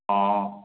ହଁ